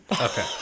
Okay